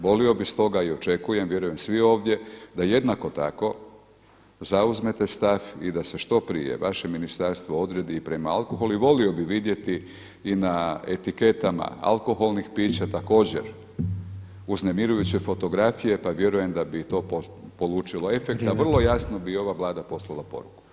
Volio bih stota i očekujem, vjerujem svi ovdje da jednako tako zauzmete stav i da se što prije vaše ministarstvo odredi i prema alkoholu i volio bih vidjeti i na etiketama alkoholnih pića također uznemirujuće fotografije pa vjerujem da bi i to polučilo efekta [[Upadica predsjednik: Vrijeme.]] Vrlo jasno bi i ova vlada poslala poruku.